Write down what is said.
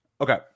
Okay